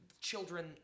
children